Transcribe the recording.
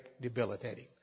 debilitating